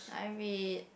I read